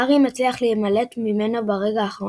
והארי מצליח להימלט ממנו ברגע האחרון.